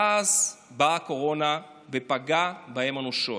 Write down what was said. ואז באה הקורונה ופגעה בהם אנושות.